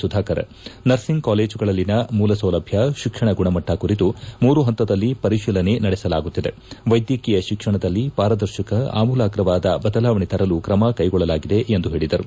Sudhakar nursing ಕಾಲೇಜ್ಗಳಲ್ಲಿನ ಮೂಲಸೌಲಭ್ಯ ಶಿಕ್ಷಣ ಗುಣಮಟ್ಟ ಕುರಿತು ಮೂರು ಪಂತದಲ್ಲಿ ಪರಿಶೀಲನೆ ನಡೆಸಲಾಗುತ್ತಿದೆವೈದ್ಯಕೀಯ ಶಿಕ್ಷಣದಲ್ಲಿ ಪಾರದರ್ಶಕ ಅಮೂಲಾಗ್ರವಾದ ಬದಲಾವಣೆ ತರಲು ಕ್ರಮ ಕೈಗೊಳ್ಳಲಾಗಿದೆ ಎಂದು ಹೇಳಿದರು